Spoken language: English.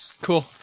Cool